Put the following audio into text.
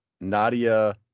Nadia